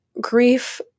grief